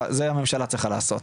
זה הממשלה צריכה לעשות.